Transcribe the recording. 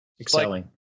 excelling